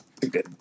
good